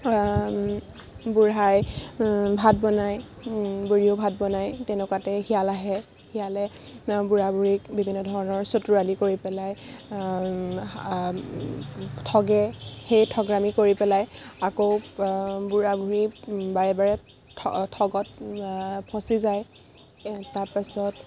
বুঢ়াই ভাত বনায় বুঢ়ীও ভাত বনায় তেনেকুৱাতে শিয়াল আহে শিয়ালে বুঢ়া বুঢ়ীক বিভিন্ন ধৰণৰ চতুৰালি কৰি পেলাই ঠগে সেই ঠগৰামী কৰি পেলাই আকৌ বুঢ়া বুঢ়ীক বাৰে বাৰে ঠগত ফচি যায় তাৰপাছত